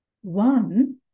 One